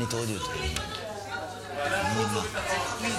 ההצעה להעביר את הנושא לוועדה שתקבע ועדת הכנסת נתקבלה.